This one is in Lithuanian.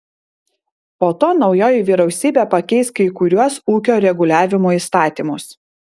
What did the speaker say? po to naujoji vyriausybė pakeis kai kuriuos ūkio reguliavimo įstatymus